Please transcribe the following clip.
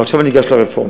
ועכשיו אני אגש לרפורמה.